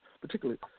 Particularly